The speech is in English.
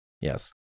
Yes